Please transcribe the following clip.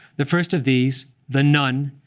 the first of these, the nun,